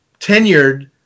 tenured